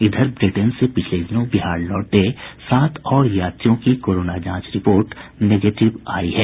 इधर ब्रिटेन से पिछले दिनों बिहार लौटे सात और यात्रियों की कोरोना जांच रिपोर्ट निगेटिव आयी है